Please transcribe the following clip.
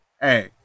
Hey